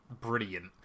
brilliant